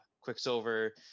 Quicksilver